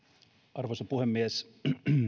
arvoisa puhemies